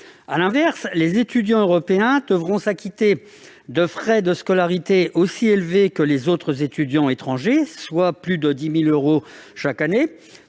À l'inverse, les étudiants européens devront s'acquitter de frais de scolarité aussi élevés que les autres étudiants étrangers - plus de 10 000 euros l'année